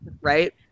Right